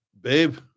babe